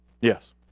Yes